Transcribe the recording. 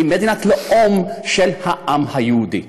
היא מדינת הלאום של העם היהודי,